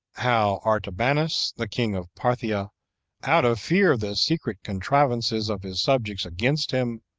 how artabanus, the king of parthia out of fear of the secret contrivances of his subjects against him,